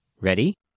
Ready